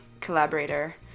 collaborator